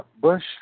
Bush